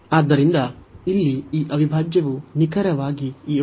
ಆದ್ದರಿಂದ ಇಲ್ಲಿ ಈ ಅವಿಭಾಜ್ಯವು ನಿಖರವಾಗಿ ಈ ಅವಿಭಾಜ್ಯವಾಗಿದೆ